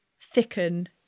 thicken